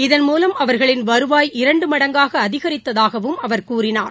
இதன் மூலம் அவர்களின் வருவாய் இரண்டு மடங்காக அதிகரித்ததாகவும் அவர் கூறினார்